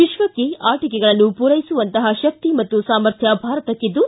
ವಿಶ್ವಕ್ಷ ಆಟಕೆಗಳನ್ನು ಪೂರೈಸುವಂತಹ ಶಕ್ತಿ ಮತ್ತು ಸಾಮರ್ಥ್ವ ಭಾರತಕ್ಕಿದ್ದು